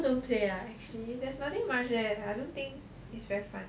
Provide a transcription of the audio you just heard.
I also don't play lah actually there's nothing much there I don't think it's very fun